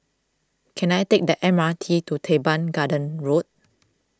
can I take the M R T to Teban Gardens Road